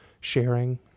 sharing